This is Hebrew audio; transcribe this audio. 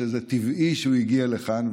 איש שזה טבעי שהגיע לכאן,